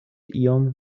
iom